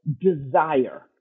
desire